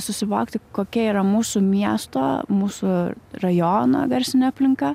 susivokti kokia yra mūsų miesto mūsų rajono garsinė aplinka